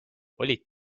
olid